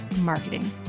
marketing